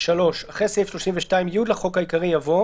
הוספת סעיף 32יא 3. אחרי סעיף 32י לחוק העיקרי יבוא: